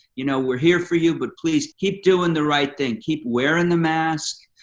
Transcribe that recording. you know we are here for you, but, please, keep doing the right thing. keep wearing the mask.